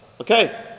Okay